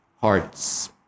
hearts